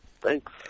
Thanks